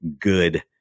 good